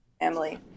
Emily